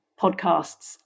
podcasts